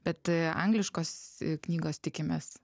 bet angliškos knygos tikimės